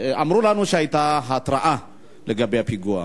אמרו לנו שהיתה התרעה על הפיגוע.